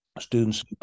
Students